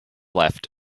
left